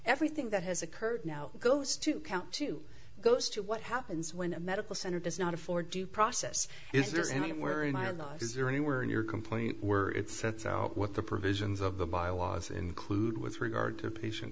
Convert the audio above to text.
everything that has occurred now goes to count two goes to what happens when a medical center does not a for due process is there anywhere in my life is there anywhere in your complaint were it sets out what the provisions of the bylaws include with regard to patient